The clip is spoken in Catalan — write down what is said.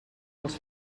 els